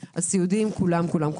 הסיעודיים וכולם.